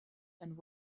and